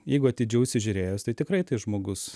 jeigu atidžiau įsižiūrėjus tai tikrai tai žmogus